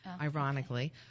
ironically